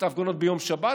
את ההפגנות ביום שבת,